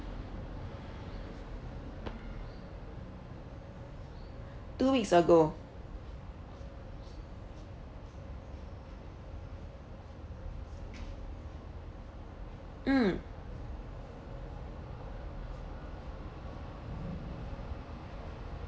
two weeks ago mm